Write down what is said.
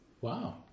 Wow